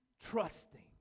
trusting